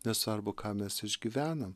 nesvarbu ką mes išgyvenam